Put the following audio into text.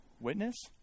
witness